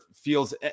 feels